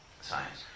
science